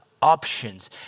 options